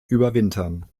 überwintern